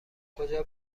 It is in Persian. کجا